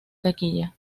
taquilla